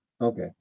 Okay